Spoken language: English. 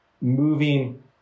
moving